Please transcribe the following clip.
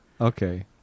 Okay